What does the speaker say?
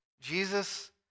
Jesus